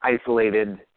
isolated